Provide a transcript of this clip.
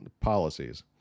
policies